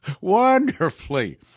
wonderfully